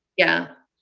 yeah.